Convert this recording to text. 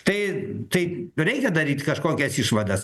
tai tai reikia daryt kažkokias išvadas